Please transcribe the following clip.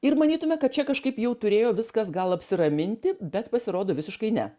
ir manytume kad čia kažkaip jau turėjo viskas gal apsiraminti bet pasirodo visiškai ne